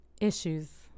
Issues